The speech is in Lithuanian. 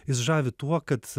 jis žavi tuo kad